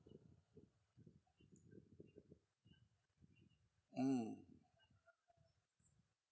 mm